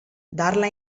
darla